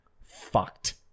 fucked